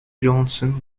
johnson